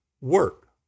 work